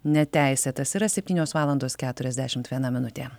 neteisėtas yra septynios valandos keturiasdešim viena minutė